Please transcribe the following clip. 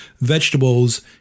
vegetables